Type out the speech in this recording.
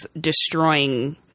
destroying